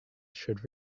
should